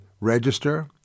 register